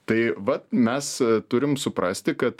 tai vat mes turim suprasti kad